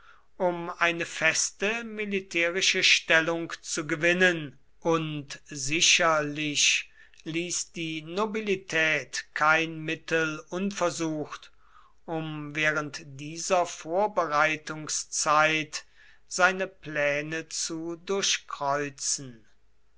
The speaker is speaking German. um eine feste militärische stellung zu gewinnen und sicherlich ließ die nobilität kein mittel unversucht um während dieser vorbereitungszeit seine pläne zu durchkreuzen